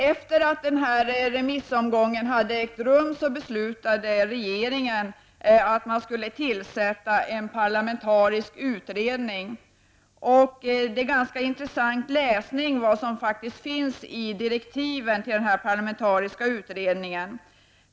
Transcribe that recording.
Efter denna remissomgång beslutade regeringen att en parlamentarisk utredning skulle tillsättas. Direktiven till denna parlamentariska utredning är faktiskt en ganska intressant läsning.